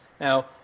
Now